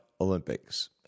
Olympics